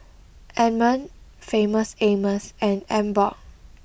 Anmum Famous Amos and Emborg